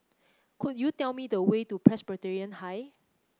could you tell me the way to Presbyterian High